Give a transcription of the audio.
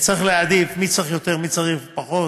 וצריך להעדיף מי צריך יותר ומי צריך פחות,